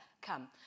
come